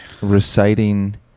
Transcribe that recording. reciting